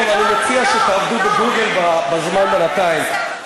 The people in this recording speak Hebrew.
טוב, אני מציע שתעבדו בגוגל בזמן, בינתיים.